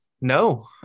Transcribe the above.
no